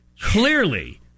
clearly